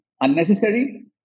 unnecessary